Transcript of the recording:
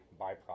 byproduct